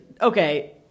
okay